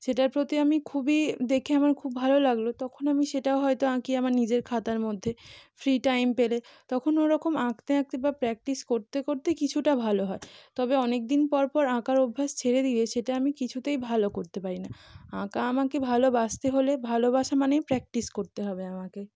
সেটার প্রতি আমি খুবই দেখে আমার খুব ভালো লাগলো তখন আমি সেটা হয়তো আঁকি আমার নিজের খাতার মধ্যে ফ্রি টাইম পেলে তখন ওরকম আঁকতে আঁকতে বা প্র্যাক্টিস করতে করতে কিছুটা ভালো হয় তবে অনেকদিন পর পর আঁকার অভ্যাস ছেড়ে দিলে সেটা আমি কিছুতেই ভালো করতে পারি না আঁকা আমাকে ভালবাসতে হলে ভালোবাসা মানেই প্র্যাক্টিস করতে হবে আমাকে